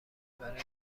برای